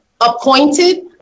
appointed